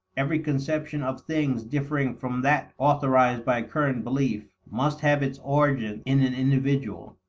every conception of things differing from that authorized by current belief, must have its origin in an individual.